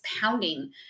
pounding